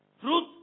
Truth